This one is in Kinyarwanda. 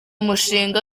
mushinga